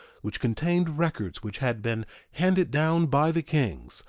which contained records which had been handed down by the kings,